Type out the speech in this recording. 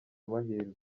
amahirwe